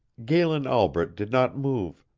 galen albret did not move,